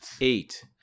eight